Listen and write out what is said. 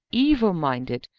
evil-minded,